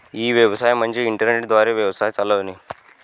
E व्यवसाय म्हणजे internet द्वारे व्यवसाय चालवणे